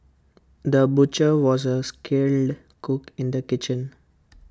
the butcher was also A skilled cook in the kitchen